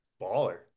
Baller